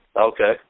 Okay